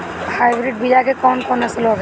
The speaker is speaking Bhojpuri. हाइब्रिड बीया के कौन कौन नस्ल होखेला?